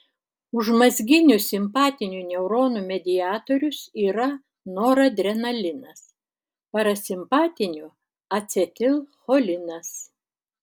užmazginių simpatinių neuronų mediatorius yra noradrenalinas parasimpatinių acetilcholinas